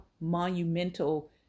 monumental